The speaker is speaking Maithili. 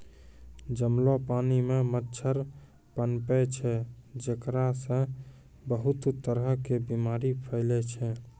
जमलो पानी मॅ मच्छर पनपै छै जेकरा सॅ बहुत तरह के बीमारी फैलै छै